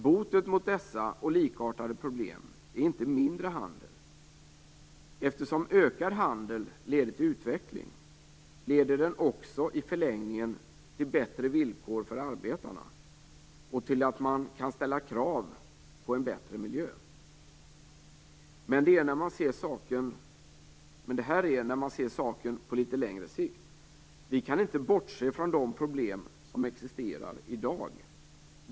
Boten mot dessa och likartade problem är inte mindre handel. Eftersom ökad handel leder till utveckling, leder den också i förlängningen till bättre villkor för arbetarna och till att man kan ställa krav på en bättre miljö. Men det här gäller när man ser saken på litet längre sikt. Vi kan inte bortse från de problem som existerar i dag.